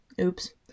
Oops